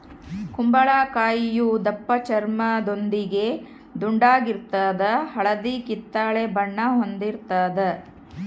ಕುಂಬಳಕಾಯಿಯು ದಪ್ಪಚರ್ಮದೊಂದಿಗೆ ದುಂಡಾಗಿರ್ತದ ಹಳದಿ ಕಿತ್ತಳೆ ಬಣ್ಣ ಹೊಂದಿರುತದ